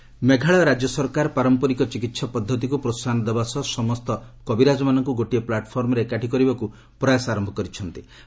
Meghalaya health tourism Meghalaya ରାଜ୍ୟ ସରକାର ପାରମ୍ପରିକ ଚିକିତ୍ସା ପଦ୍ଧତିକୁ ପ୍ରୋହାହନ ଦେବା ସହ ସମସ୍ତ କବିରାଜମାନଙ୍କୁ ଗୋଟିଏ ପ୍ଲାଟ୍ଫର୍ମରେ ଏକାଠି କରିବାକୁ ପ୍ରୟାସ ଆରମ୍ଭ କରିଛନ୍ତି